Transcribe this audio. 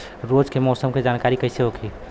रोज के मौसम के जानकारी कइसे होखि?